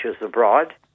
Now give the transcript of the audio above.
abroad